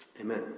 Amen